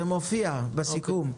זה מופיע בסיכום.